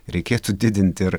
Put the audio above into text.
reikėtų didinti ir